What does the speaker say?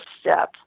step